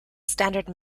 standard